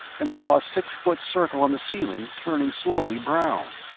and saw a six-foot circle on the ceiling turning slowly brown.